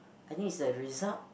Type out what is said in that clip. I think it's the result